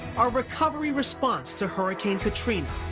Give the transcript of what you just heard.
our recovery response to hurricane katrina.